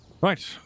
Right